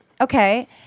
Okay